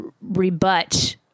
rebut